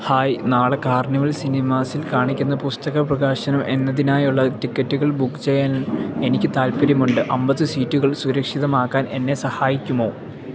hi നാളെ Carnival സിനിമാസിൽ കാണിക്കുന്ന പുസ്തക പ്രകാശനം എന്നതിനായുള്ള ടിക്കറ്റുകൾ ബുക്ക് ചെയ്യാൻ എനിക്ക് താൽപ്പര്യമുണ്ട് അമ്പത് സീറ്റുകൾ സുരക്ഷിതമാക്കാൻ എന്നെ സഹായിക്കുമോ